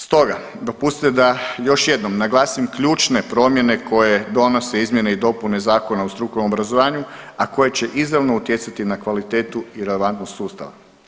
Stoga, dopustite da još jednom naglasim ključne promjene koje donose izmjene i dopune Zakona o strukovnom obrazovanju, a koje će izravno utjecati na kvalitetu i relevantnost sustava.